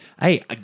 hey